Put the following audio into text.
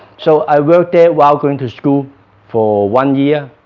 so i worked there while going to school for one year